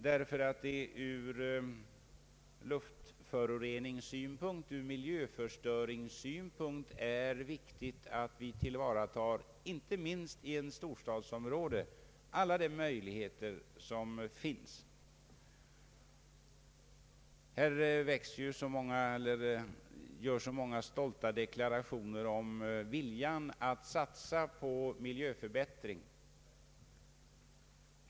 Vi anser att det från miljövårdssynpunkt, med hänsyn bl.a. till luftföroreningen, är viktigt att inte minst när det gäller ett storstadsområde tillvarata alla möjligheter att härvidlag göra en insats. Här görs så många stolta deklarationer om viljan att satsa på miljöförbättring.